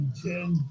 ten